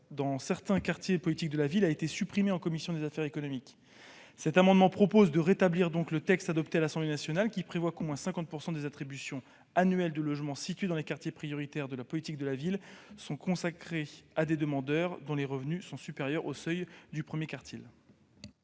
dans certains quartiers de la politique de la ville, a été supprimée en commission des affaires économiques. Avec cet amendement, nous proposons de rétablir le texte adopté à l'Assemblée nationale, qui prévoit qu'au moins 50 % des attributions annuelles de logements situés dans les quartiers prioritaires de la politique de la ville bénéficient à des demandeurs dont les revenus sont supérieurs au seuil du premier quartile.